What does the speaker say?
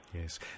Yes